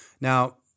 Now